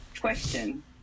question